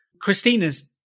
Christina's